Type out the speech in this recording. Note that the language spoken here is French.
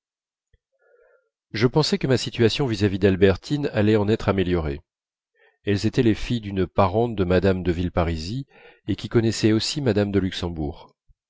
je pensais que ma situation vis-à-vis d'albertine allait en être améliorée elles étaient les filles d'une parente de mme de villeparisis et qui connaissait aussi mme de luxembourg